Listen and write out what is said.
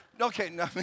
Okay